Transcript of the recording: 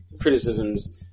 criticisms